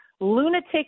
lunatic